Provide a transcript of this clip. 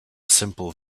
simple